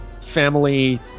family